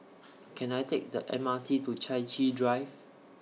Can I Take The M R T to Chai Chee Drive